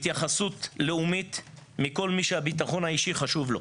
התייחסות לאומית מכל מי שהביטחון האישי חשוב לו.